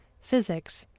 physics,